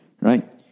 Right